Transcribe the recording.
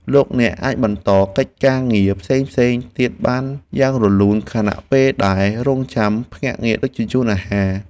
លោកអ្នកអាចបន្តកិច្ចការងារផ្សេងៗទៀតបានយ៉ាងរលូនខណៈពេលដែលរង់ចាំភ្នាក់ងារដឹកជញ្ជូនអាហារ។